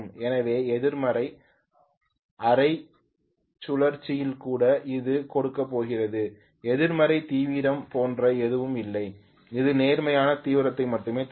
எனவே எதிர்மறை அரை சுழற்சியில் கூட அது கொடுக்கப் போகிறது எதிர்மறை தீவிரம் போன்ற எதுவும் இல்லை இது நேர்மறையான தீவிரத்தை மட்டுமே தரும்